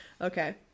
Okay